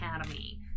Academy